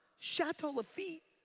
chateau lafitte.